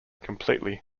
completely